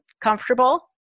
comfortable